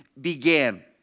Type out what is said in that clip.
began